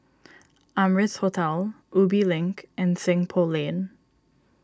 Amrise Hotel Ubi Link and Seng Poh Lane